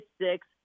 six